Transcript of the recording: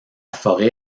forêt